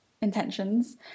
intentions